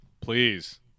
Please